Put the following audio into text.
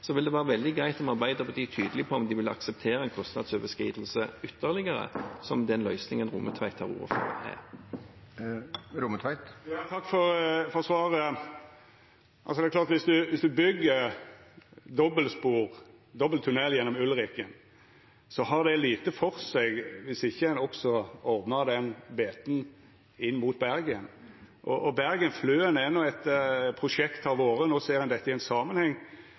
vil det være veldig greit om Arbeiderpartiet er tydelig på om de vil akseptere en ytterligere kostnadsoverskridelse, som den løsningen som Rommetveit tar til orde for, innebærer. Takk for svaret. Viss ein byggjer dobbeltspor, dobbel tunnel gjennom Ulriken, har det lite for seg viss ein ikkje også ordnar den biten inn mot Bergen. No ser ein dette i samanheng, og når det gjeld Bergen–Fløen – eg trur ikkje det er